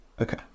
Okay